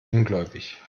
ungläubig